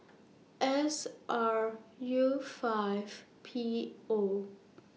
S R U five P O